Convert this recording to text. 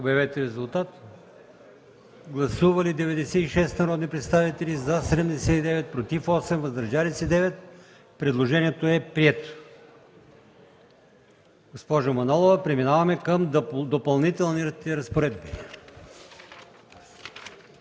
от комисията. Гласували 96 народни представители: за 79, против 8, въздържали се 9. Предложението е прието. Госпожо Манолова, преминаваме към „Допълнителни разпоредби”.